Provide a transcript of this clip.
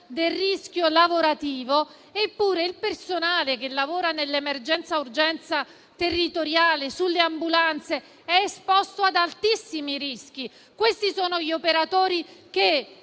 biologico e lavorativo. Eppure il personale che lavora nell'emergenza-urgenza territoriale, sulle ambulanze, è esposto ad altissimi rischi. Questi sono gli operatori che